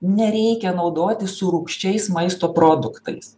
nereikia naudoti su rūgščiais maisto produktais